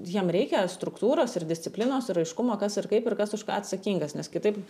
jiem reikia struktūros ir disciplinos ir aiškumo kas ir kaip ir kas už ką atsakingas nes kitaip